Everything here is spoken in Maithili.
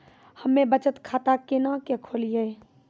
हम्मे बचत खाता केना के खोलियै?